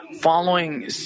following